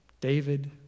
David